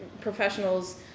professionals